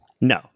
No